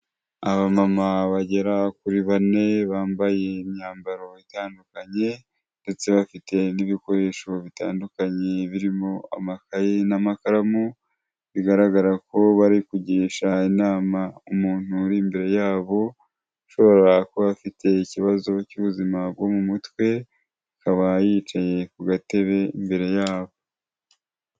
Abamama bagera kuri bane bambaye imyambaro itandukanye ndetse bafite n'ibikoresho bitandukanye birimo amakaye n'amakaramu, bigaragara ko bari kugisha inama umuntu uri imbere yabo, ushobora kuba afite ikibazo cy'ubuzima bwo mu mutwe, akaba yicaye ku gatebe imbere yabo.